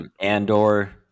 Andor